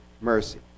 mercy